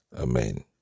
Amen